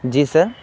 جی سر